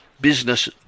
business